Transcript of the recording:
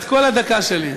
את כל הדקה שלי.